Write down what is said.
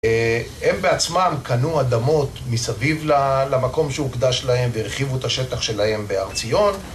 הם בעצמם קנו אדמות מסביב ל... למקום שהוקדש להם, והרחיבו את השטח שלהם בהר ציון